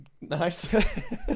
Nice